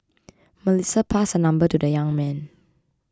Melissa passed her number to the young man